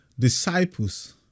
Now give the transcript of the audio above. disciples